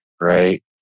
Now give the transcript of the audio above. right